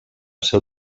seu